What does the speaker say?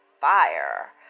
fire